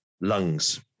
lungs